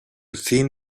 thin